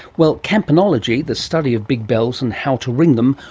well, campanology, the study of big bells and how to ring them,